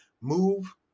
move